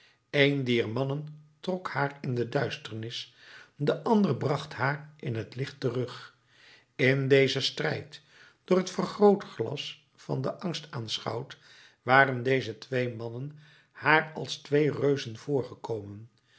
een dier mannen trok haar in de duisternis de ander bracht haar in het licht terug in dezen strijd door het vergrootglas van den angst aanschouwd waren deze twee mannen haar als twee reuzen voorgekomen